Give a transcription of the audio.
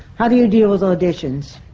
how do you deal with auditions?